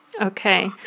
okay